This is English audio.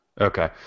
Okay